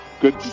good